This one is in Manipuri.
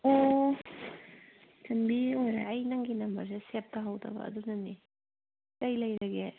ꯑꯣ ꯆꯟꯕꯤ ꯑꯣꯏꯔꯦ ꯑꯩ ꯅꯪꯒꯤ ꯅꯝꯕꯔꯁꯦ ꯁꯦꯕ ꯇꯧꯍꯧꯗꯕ ꯑꯗꯨꯅꯅꯦ ꯀꯔꯤ ꯂꯩꯔꯒꯦ